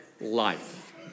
life